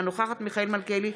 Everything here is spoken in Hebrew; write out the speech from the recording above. אינה נוכחת מיכאל מלכיאלי,